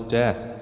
death